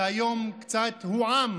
שהיום קצת הועם